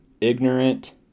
ignorant